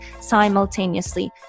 simultaneously